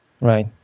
Right